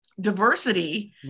diversity